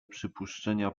przypuszczenia